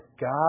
God